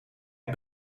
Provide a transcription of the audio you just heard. het